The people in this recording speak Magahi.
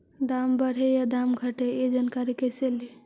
दाम बढ़े या दाम घटे ए जानकारी कैसे ले?